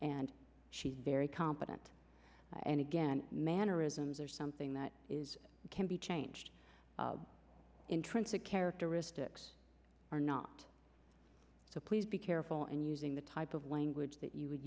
and she's very competent and again mannerisms are something that is can be changed intrinsic characteristics or not so please be careful and using the type of language that you would